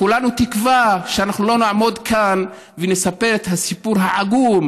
כולנו תקווה שאנחנו לא נעמוד כאן ונספר את הסיפור העגום,